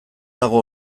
dago